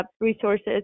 resources